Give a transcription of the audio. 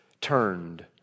turned